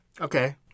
okay